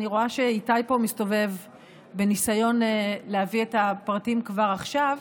אני רואה שאיתי פה מסתובב בניסיון להביא את הפרטים כבר עכשיו,